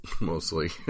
mostly